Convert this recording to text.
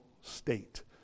state